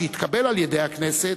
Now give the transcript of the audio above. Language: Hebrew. שהתקבל על-ידי הכנסת,